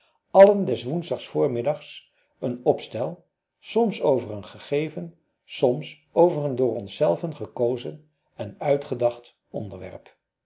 allen des woensdag voormiddags een opstel soms over een gegeven soms over een door onszelven gekozen en uitgedacht onderwerp